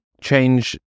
change